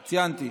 ציינתי.